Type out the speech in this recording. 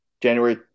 January